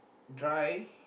dry